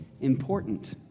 important